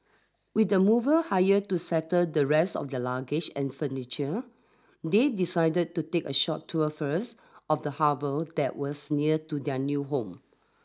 with the mover hire to settle the rest of the luggage and furniture they decided to take a short tour first of the harbour that was near to their new home